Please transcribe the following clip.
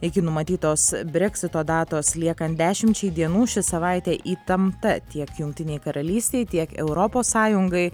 iki numatytos breksito datos liekant dešimčiai dienų ši savaitė įtempta tiek jungtinei karalystei tiek europos sąjungai